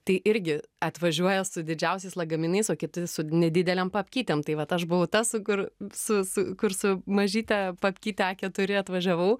tai irgi atvažiuoja su didžiausiais lagaminais o kiti su nedidelėm pakytėm tai vat aš buvau ta su kur su su kur su mažyte papkyte a keturi atvažiavau